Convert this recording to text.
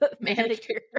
manicure